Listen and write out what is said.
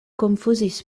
konfuzis